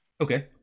Okay